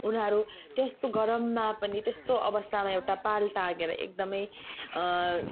उनीहरू त्यस्तो गरममा पनि त्यस्तो अवस्थामा एउटा पाल टाँगेर एकदमै